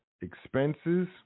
expenses